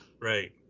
Right